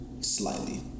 Slightly